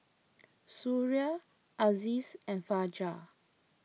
Suria Aziz and Fajar